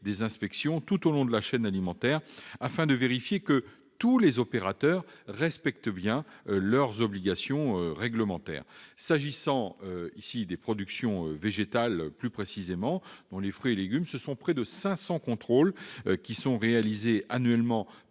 des inspections tout au long de la chaîne alimentaire, afin de vérifier que tous les opérateurs respectent bien leurs obligations réglementaires. S'agissant des productions végétales plus précisément, dont les fruits et légumes, ce sont environ 500 contrôles qui sont réalisés annuellement